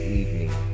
evening